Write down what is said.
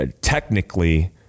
technically